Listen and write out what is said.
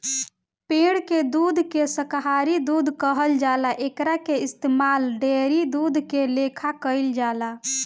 पेड़ के दूध के शाकाहारी दूध कहल जाला एकरा के इस्तमाल डेयरी दूध के लेखा कईल जाला